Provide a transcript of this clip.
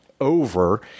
over